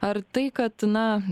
ar tai kad na